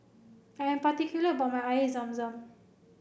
I am particular about my Air Zam Zam